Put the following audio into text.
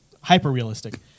hyper-realistic